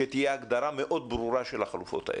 שתהיה הגדרה מאוד ברורה של החלופות האלה,